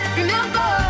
remember